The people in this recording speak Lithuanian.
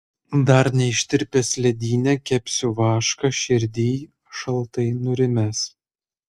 dar neištirpęs ledyne kepsiu vašką širdyj šaltai nurimęs